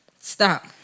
Stop